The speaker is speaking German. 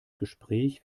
gespräch